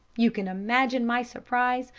you can imagine my surprise,